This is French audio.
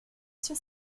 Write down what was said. sur